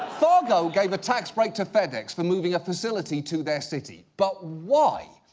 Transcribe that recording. fargo gave a tax break to fedex for moving a facility to their city, but why?